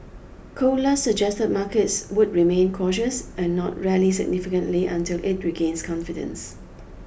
Colas suggested markets would remain cautious and not rally significantly until it regains confidence